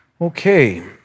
Okay